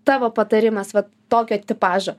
tavo patarimas vat tokio tipažo